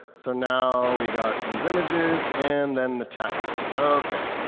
so now we got these images, and then the text. okay.